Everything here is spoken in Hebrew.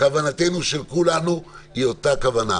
הכוונה של כולנו היא אותה כוונה,